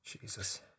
Jesus